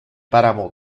páramo